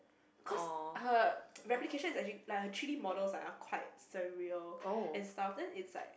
cause her replications is actually like her three D models like are quite surreal and stuff then it's like